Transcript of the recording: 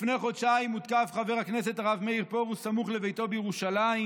לפני חודשיים הותקף חבר הכנסת הרב מאיר פרוש סמוך לביתו בירושלים.